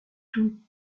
tout